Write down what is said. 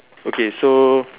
okay so